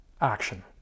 action